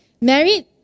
Married